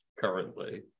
currently